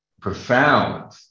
profound